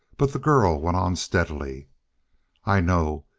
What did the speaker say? but the girl went on steadily i know.